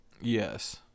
Yes